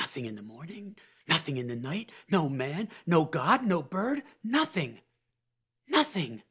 me thing in the morning and thing in the night no man no god no bird nothing nothing